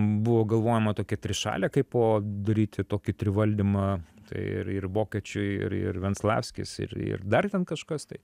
buvo galvojama tokia trišalė kaip po daryti tokį trivaldymą tai ir ir vokiečiai ir ir venslavskis ir ir dar ten kažkas tai